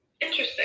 Interesting